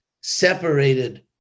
separated